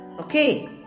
Okay